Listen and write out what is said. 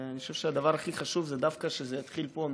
ואני חושב שהדבר הכי חשוב זה דווקא שזה יתחיל פה,